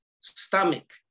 stomach